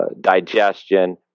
digestion